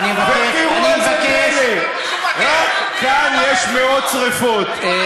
וראו זה פלא, רק כאן יש מאות שרפות.